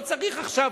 לא צריך עכשיו,